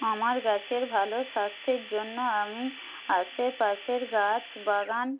আমার গাছের ভালো স্বাস্থ্যের জন্য আমি আশেপাশের গাছ বাগান